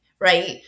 Right